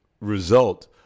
result